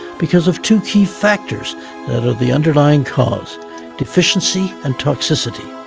because of two key factors that are the underlying cause deficiency and toxicity.